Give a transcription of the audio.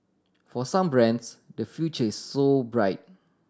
for some brands the future is so bright